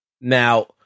Now